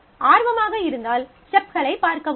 ஆர்வமாக இருந்தால் ஸ்டெப்களைப் பார்க்கவும்